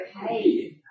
hey